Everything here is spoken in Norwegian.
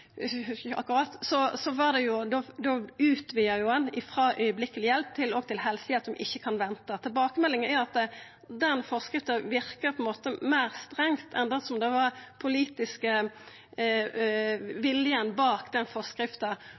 hjelp» til òg å gjelda helsehjelp som ikkje kan venta. Tilbakemeldinga er at forskrifta verkar meir strengt enn det som var den politiske viljen bak